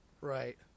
right